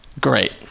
great